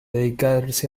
dedicarse